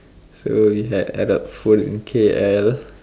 so we had Arab food in K_L